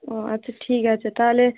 ও আচ্ছা ঠিক আছে তাহলে